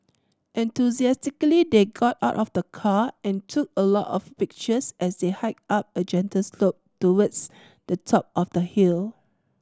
enthusiastically they got out of the car and took a lot of pictures as they hiked up a gentle slope towards the top of the hill